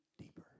deeper